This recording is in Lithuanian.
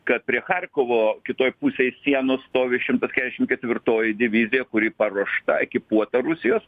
kad prie charkovo kitoj pusėj sienos stovi šimtas kešim ketvirtoji divizija kuri paruošta ekipuota rusijos